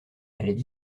allaient